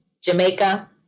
Jamaica